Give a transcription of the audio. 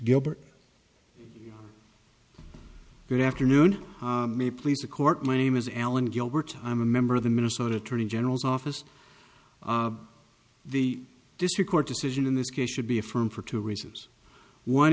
gilbert good afternoon me please the court my name is alan gilbert i'm a member of the minnesota attorney general's office the district court decision in this case should be affirmed for two reasons one